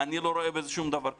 אני לא רואה בזה שום דבר כזה.